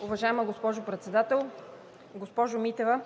Уважаема госпожо Председател! Госпожо Митева,